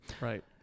Right